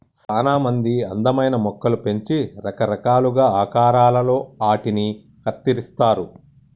సానా మంది అందమైన మొక్కలు పెంచి రకరకాలుగా ఆకారాలలో ఆటిని కత్తిరిస్తారు